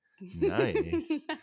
nice